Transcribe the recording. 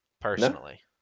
personally